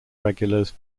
regulars